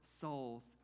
souls